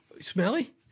Smelly